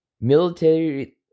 Military